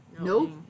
nope